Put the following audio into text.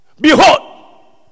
behold